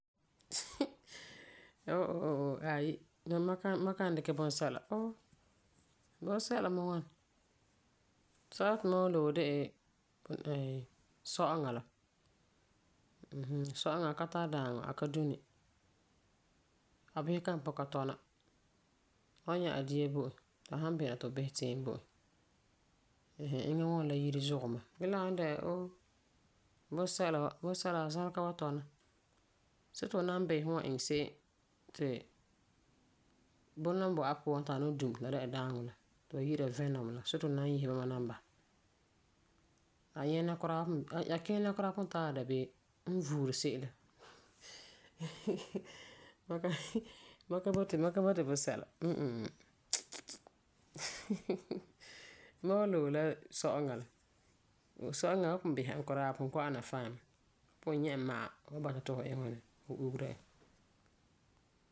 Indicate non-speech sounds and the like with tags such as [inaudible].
[laughs] oh oh oh, aai, mam, mam kan dikɛ bunsɛla. Oh, bunsɛla me ŋwani. Sɛla ti mam wan loe de la [hesitation] sɔ'ɔŋa la. Mm hmm. Sɔ'ɔŋa la a ka tari daaŋɔ, a ka duni, a bisega me pugum ka tɔna. Fu san nyɛ a dia bo e, a san bo'ora ti fu bisɛ tiim bo e ɛɛn eŋa ŋwɔni la yire zugɔ mɛ. Ge la san di'a oo, bunsɛla, bunsɛla a zalega wan tɔna. See ti fu nan bisɛ fu wan iŋɛ se'em ti bunɔ la n boi a puan ti a dum ti la dɛna daaŋɔ la, ti ba yi'ira ti venom la, see ti fu nan yese bama nan basɛ. A nyɛna kuraa sãn, a kinɛ la kuraa pugum tara la dabeem. Eŋa n vuuri se'em la. [laughs] Mam ka, mam ka boti, ma ka boti bunsɛla. [unintelligible] [laughs] mam wan loe la sɔ'ɔŋa la. Sɔ'ɔŋa fu san pugum bisa e kuraa, a pugum kɔ'ɔm ana fine mɛ. Fu wan pugum bɔta ti fu bisera e.